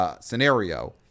scenario